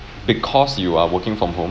because you are working from home